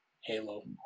Halo